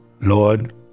Lord